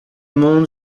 monde